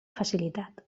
facilitat